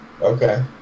Okay